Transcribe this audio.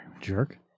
Jerk